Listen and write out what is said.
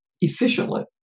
efficiently